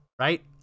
right